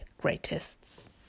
greatest